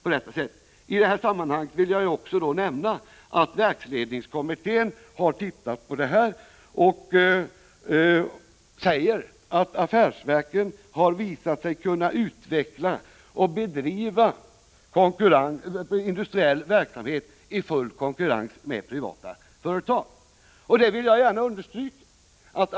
I detta sammanhang vill jag också nämna att verksledningskommittén har tittat på detta och säger att affärsverken har visat sig kunna utveckla och bedriva industriell verksamhet i full konkurrens med privata företag. Det vill jag gärna betona.